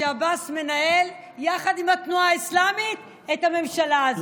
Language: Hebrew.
שעבאס מנהל יחד עם התנועה האסלמית את הממשלה הזו.